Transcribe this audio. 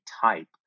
type